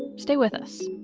stay with us